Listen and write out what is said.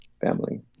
family